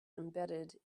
embedded